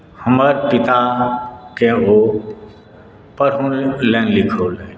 हमर पिताकेँ ओ पढ़ौलनि लिखौलनि